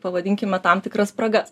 pavadinkime tam tikras spragas